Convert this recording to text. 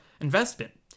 investment